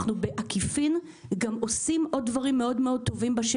אנחנו בעקיפין עושים עוד דברים טובים מאוד בשטח.